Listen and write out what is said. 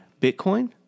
Bitcoin